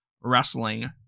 wrestling